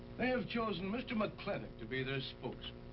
they have chosen mr. mclintock to be their spokesman.